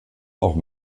auch